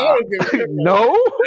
no